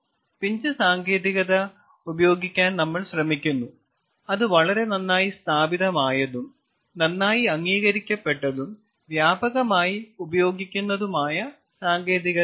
pinch സാങ്കേതികത ഉപയോഗിക്കാൻ നമ്മൾ ശ്രമിക്കുന്നു അത് വളരെ നന്നായി സ്ഥാപിതമായതും നന്നായി അംഗീകരിക്കപ്പെട്ടതും വ്യാപകമായി ഉപയോഗിക്കുന്നതുമായ സാങ്കേതികതയാണ്